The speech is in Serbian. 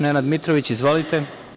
Nenad Mitrović, izvolite.